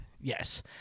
Yes